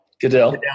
Goodell